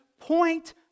point